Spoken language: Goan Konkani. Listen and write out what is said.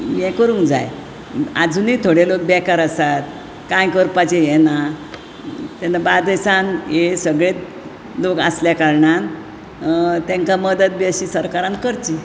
हे करूंक जाय आजुनूय थोडे लोक बेकार आसात कांय करपाचे हे ना तेन्ना बार्देसान हे सगळेंत लोक आसले कारणान तेंका मदत बीन अशी सरकारान करची